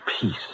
peace